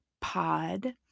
pod